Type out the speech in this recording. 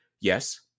Yes